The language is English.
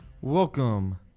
Welcome